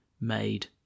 made